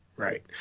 Right